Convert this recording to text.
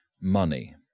money